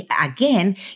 again